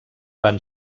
van